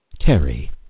Terry